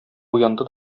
уянды